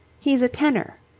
he's a tenor.